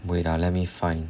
wait ah let me find